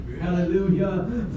Hallelujah